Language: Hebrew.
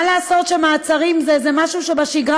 מה לעשות שמעצרים זה משהו שבשגרה,